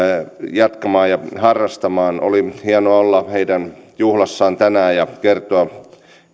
jatkamaan ja harrastamaan oli hienoa olla heidän juhlassaan tänään ja kertoa